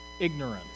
ignorance